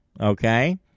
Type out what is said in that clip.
okay